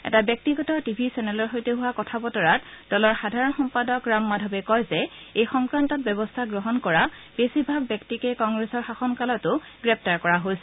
এটা ব্যক্তিগত টিভি চেনেলৰ সৈতে হোৱা কথা বতৰাত দলৰ সাধাৰণ সম্পাদক ৰাম মাধৱে কয় যে এই সংক্ৰান্তত ব্যৱস্থা গ্ৰহণ কৰা বেছিভাগ ব্যক্তিকে কংগ্ৰেছৰ শাসন কালতো গ্ৰেপ্তাৰ কৰা হৈছিল